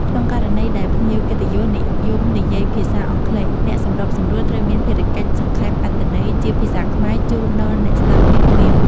ក្នុងករណីដែលភ្ញៀវកិត្តិយសនិយមនិយាយភាសាអង់គ្លេសអ្នកសម្របសម្រួលត្រូវមានភារកិច្ចសង្ខេបអត្ថន័យជាភាសាខ្មែរជូនដល់អ្នកស្តាប់ភ្លាមៗ។